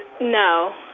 no